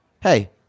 hey